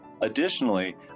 Additionally